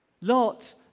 Lot